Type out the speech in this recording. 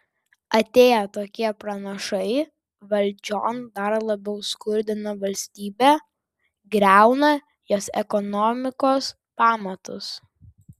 atėję tokie pranašai valdžion dar labiau skurdina valstybę griauna jos ekonomikos pamatus